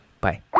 Bye